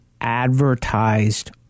advertised